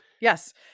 Yes